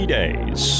days